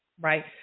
right